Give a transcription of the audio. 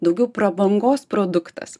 daugiau prabangos produktas